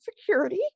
Security